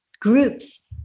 groups